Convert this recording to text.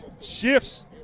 shifts